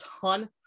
ton